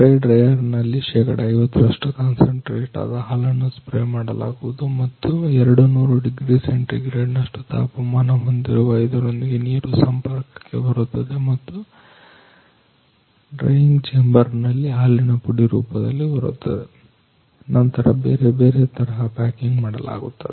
spray dryer ನಲ್ಲಿ ಶೇಕಡ 50ರಷ್ಟು ಕಾನ್ಸನ್ಟ್ರೇಟ್ ಆದ ಹಾಲನ್ನ ಸ್ಪ್ರೇ ಮಾಡಲಾಗುವುದು ಮತ್ತು 200 ಡಿಗ್ರಿ ಸೆಂಟಿಗ್ರೇಡ್ ನಷ್ಟ ತಾಪಮಾನ ಹೊಂದಿರುವ ಇದರೊಂದಿಗೆ ನೀರು ಸಂಪರ್ಕಕ್ಕೆ ಬರುತ್ತದೆ ಮತ್ತು ಡ್ರೈಯಿಂಗ್ ಚೇಂಬರ್ ನಲ್ಲಿ ಹಾಲಿನ ಪುಡಿ ರೂಪದಲ್ಲಿ ಬರುತ್ತದೆ ನಂತರ ಬೇರೆ ಬೇರೆ ತರಹ ಪ್ಯಾಕಿಂಗ್ ಮಾಡಲಾಗುತ್ತದೆ